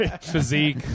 physique